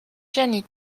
jenny